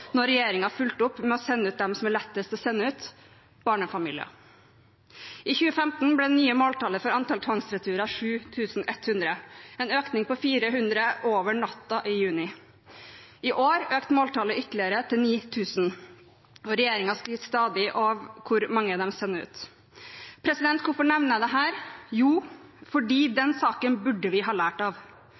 fulgte opp ved å sende ut dem som er lettest å sende ut – barnefamilier. I 2015 ble det nye måltallet for tvangsreturer 7 100, en økning på 400 – over natten, i juni. I år økte måltallet ytterligere, til 9 000, og regjeringen skryter stadig av hvor mange de sender ut. Hvorfor nevner jeg dette? Jo, det er fordi den saken burde vi ha lært av.